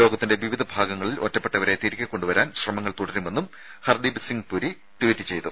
ലോകത്തിന്റെ വിവിധ ഭാഗങ്ങളിൽ ഒറ്റപ്പെട്ടവരെ തിരികെ കൊണ്ടുവരാൻ ശ്രമങ്ങൾ തുടരുമെന്നും ഹർദീപ് സിംഗ് പുരി ട്വീറ്റ് ചെയ്തു